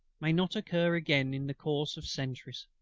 may not occur again in the course of centuries.